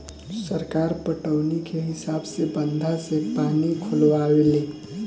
सरकार पटौनी के हिसाब से बंधा से पानी खोलावे ले